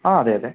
ആ അതെയതെ